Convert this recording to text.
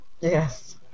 Yes